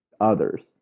others